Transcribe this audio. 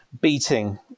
beating